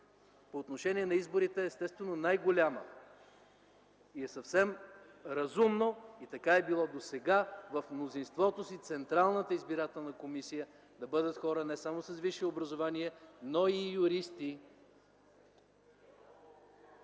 по отношение на изборите, естествено, е най-голяма. И е съвсем разумно и така е било досега – в мнозинството си в Централната избирателна комисия да бъдат хора не само с висше образование, но и юристи.